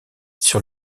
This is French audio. sur